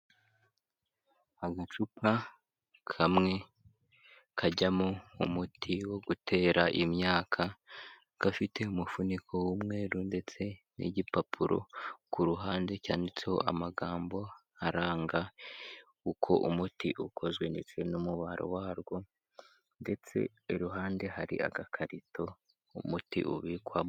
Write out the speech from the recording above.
Agacupa kamwe kajyamo umuti wo gutera imyaka gafite umufuniko w'umweru ndetse n'igipapuro ku ruhande cyanditseho amagambo aranga uko umuti ukozwe ndetse n'umumaro warwo ndetse iruhande hari agakarito umuti ubikwamo.